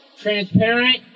transparent